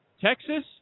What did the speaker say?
Texas